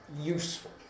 useful